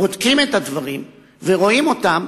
בודקים את הדברים ורואים אותם,